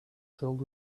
filled